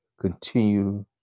continue